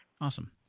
Awesome